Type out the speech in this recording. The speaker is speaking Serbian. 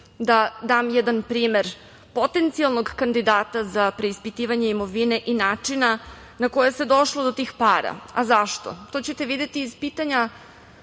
da dam jedan primer potencijalnog kandidata za preispitivanje imovine i načina na koji se došlo do tih para. A zašto? To ćete videti iz pitanja